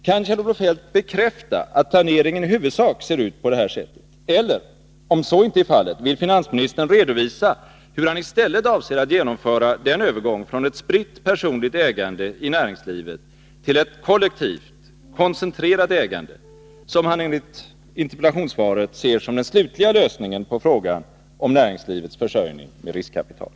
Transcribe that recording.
Kan Kjell-Olof Feldt bekräfta att planeringen i huvudsak ser ut på det här sättet, eller, om så inte är fallet, vill finansministern redovisa hur han i stället avser att genomföra den övergång från ett spritt personligt ägande i näringslivet till ett kollektivt koncentrerat ägande, som han enligt interpellationssvaret ser som den slutliga lösningen på frågan om näringslivets försörjning med riskkapital.